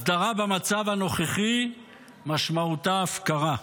הסדרה במצב הנוכחי משמעותה הפקרה.